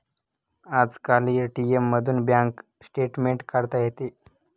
आजकाल ए.टी.एम मधूनही bank statement काढता येते